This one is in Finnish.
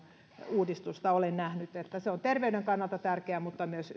uudistusta ole nähnyt se on terveyden mutta myös